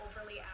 overly